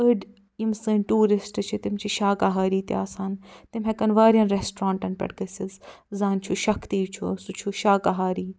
ٲڑۍ یِم سٲنۍ ٹیٛوٗرستٹہٕ چھِ تِم چھِ شَکاہاری تہِ آسان تِم ہٮ۪کن وارِیاہن ریسٹرٲنٛٹن پٮ۪ٹھ گٔژھِتھ زان چھُ شکتی چھُ سُہ چھُ شکاہاری